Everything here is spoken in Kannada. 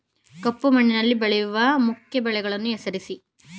ಕಪ್ಪು ಮಣ್ಣಿನಲ್ಲಿ ಬೆಳೆಯುವ ಮುಖ್ಯ ಬೆಳೆಗಳನ್ನು ಹೆಸರಿಸಿ